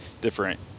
different